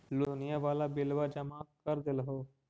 लोनिया वाला बिलवा जामा कर देलहो?